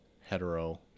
hetero